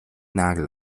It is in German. nagel